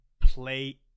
play